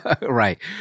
Right